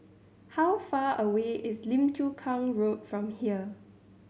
how far away is Lim Chu Kang Road from here